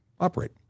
operate